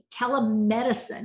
telemedicine